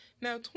Now